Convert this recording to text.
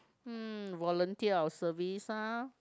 mm volunteer our service ah